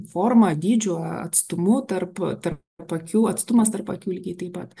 forma dydžiu atstumu tarp tarp akių atstumas tarp akių lygiai taip pat